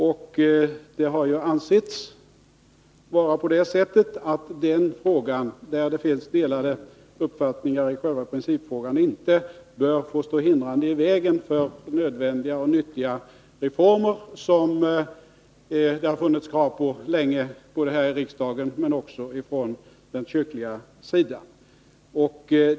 Det har ansetts vara på det sättet att den frågan — där det i själva principfrågan finns delade uppfattningar — inte bör få stå hindrande i vägen för nyttiga och nödvändiga reformer som det länge har funnits krav på i riksdagen men också från den kyrkliga sidan.